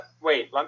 wait